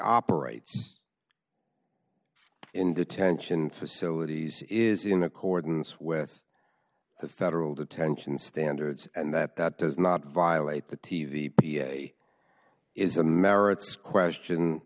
operates in detention facilities is in accordance with the federal detention standards and that that does not violate the t v is a merits question